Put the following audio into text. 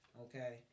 okay